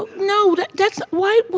no. that's what?